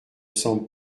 semble